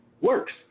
works